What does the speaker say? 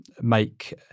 make